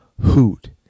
hoot